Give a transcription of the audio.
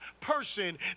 person